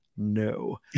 No